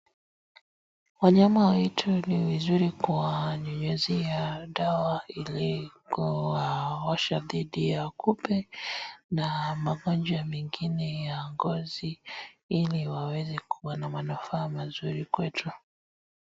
Wanyama wetu ni vizuri kuwanyunyizia dawa ili kuwaosha dhidi ya kupe na magonjwa mengine ya ngozi ili waweze kuwa na manufaa mazuri kwetu.